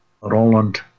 Roland